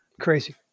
Crazy